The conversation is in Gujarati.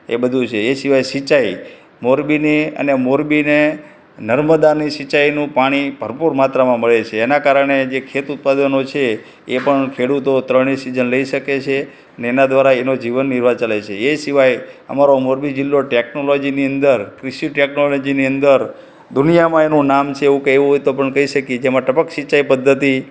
એ બધું છે એ સિવાય સિંચાઈ મોરબીની અને મોરબીને નર્મદાની સિંચાઇનું પાણી ભરપુર માત્રામાં મળે છે એના કારણે જે ખેત ઉત્પાદનો છે એ પણ ખેડૂતો ત્રણેય સીઝન લઇ શકે છે અને એના દ્વારા એનો જીવન નિર્વાહ ચાલે છે એ સિવાય અમારો મોરબી જિલ્લો ટૅકનોલોજીની અંદર કૃષિ ટૅકનોલોજીની અંદર દુનિયામાં એનું નામ છે એવું કહેવું હોય તો પણ કહી શકીએ જેમાં ટપક સિંચાઇ પદ્ધતિ